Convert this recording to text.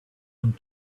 and